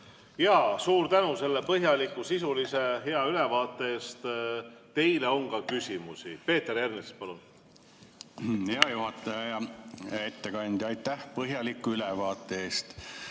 palun! Suur tänu selle põhjaliku, sisulise ja hea ülevaate eest! Teile on ka küsimusi. Peeter Ernits, palun! Hea juhataja! Hea ettekandja, aitäh põhjaliku ülevaate eest!